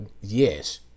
Yes